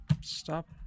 stop